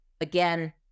again